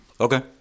Okay